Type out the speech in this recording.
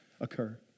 occur